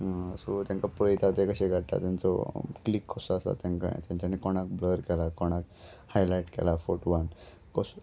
so तेंकां पळयता तें कशें काडटा तेंचो क्लीक कसो आसा तेंकां तेंच्यांनी कोणाक ब्लर केला कोणाक हायलायट केला फोटवान कसो